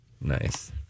Nice